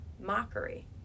mockery